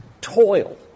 toil